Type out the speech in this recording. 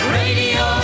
radio